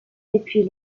depuis